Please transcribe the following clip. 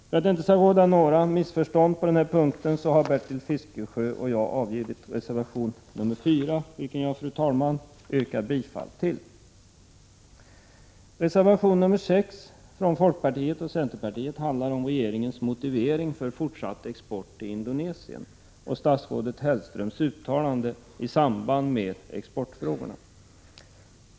För att det inte skall råda några missförstånd på denna punkt har Bertil Fiskesjö och jag fogat reservation 4 till betänkandet, vilken jag, fru talman, yrkar bifall till. Reservation 6 från folkpartiet och centerpartiet handlar om regeringens motivering för fortsatt export till Indonesien och statsrådet Hellströms uttalande i samband med exportfrågorna.